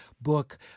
book